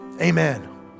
amen